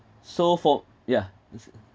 so for yeah it's